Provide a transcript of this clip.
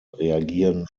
reagieren